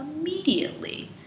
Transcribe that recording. immediately